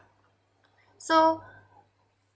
so